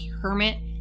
hermit